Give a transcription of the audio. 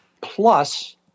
plus